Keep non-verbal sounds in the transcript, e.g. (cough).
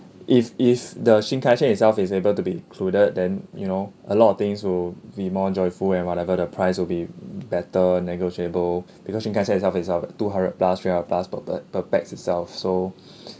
if is the shinkansen itself is able to be included then you know a lot of things would be more joyful and whatever the price will be better negotiable because shinkansen itself is uh two hundred plus three hundred plus per per per pax itself so (breath)